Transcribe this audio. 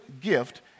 gift